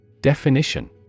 Definition